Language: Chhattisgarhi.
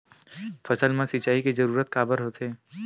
फसल मा सिंचाई के जरूरत काबर होथे?